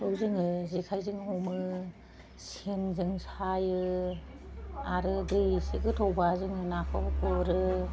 नाखौ जोङो जेखायजों हमो सेनजों सायो आरो दै एसे गोथौबा जों नाखौ गुरो